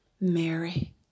Mary